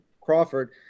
Crawford